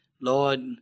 Lord